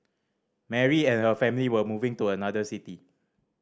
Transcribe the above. Mary and her family were moving to another city